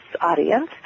audience